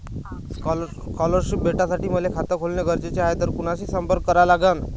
Scholarship भेटासाठी मले खात खोलने गरजेचे हाय तर कुणाशी संपर्क करा लागन?